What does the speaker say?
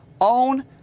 own